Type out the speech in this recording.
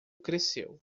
cresceu